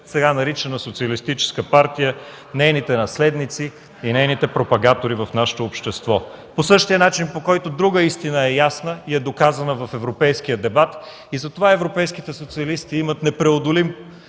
сега наричана социалистическа, партия, от нейните наследници и нейните пропагандатори в нашето общество. По същия начин е ясна и друга истина и е доказана в европейския дебат и затова европейските социалисти имат непреодолим